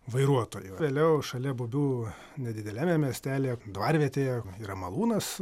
vairuotoju vėliau šalia bubių nedideliame miestelyje dvarvietėje yra malūnas